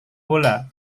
bola